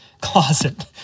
closet